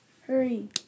Hurry